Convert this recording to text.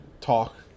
talk